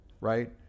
right